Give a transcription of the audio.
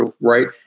Right